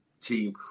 team